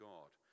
God